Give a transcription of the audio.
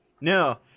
No